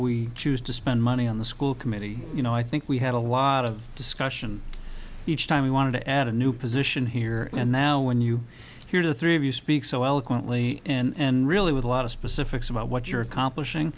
we choose to spend money on the school committee you know i think we have a lot of discussion each time we want to add a new position here and now when you hear the three of you speak so eloquently and really with a lot of specifics about what you're accomplishing